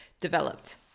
developed